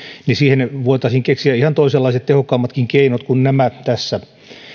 niin siihen voitaisiin keksiä ihan toisenlaiset tehokkaammatkin keinot kuin nämä tässä